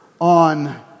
On